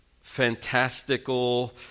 fantastical